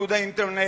מאיגוד האינטרנט,